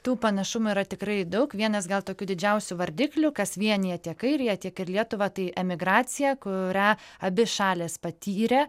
tų panašumų yra tikrai daug vienas gal tokių didžiausių vardiklių kas vienija tiek airiją tiek ir lietuvą tai emigracija kurią abi šalys patyrė